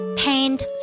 paint